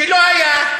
שלא היה.